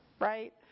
right